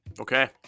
Okay